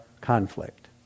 conflict